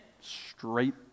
straight